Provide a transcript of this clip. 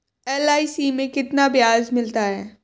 LIC में कितना ब्याज मिलता है?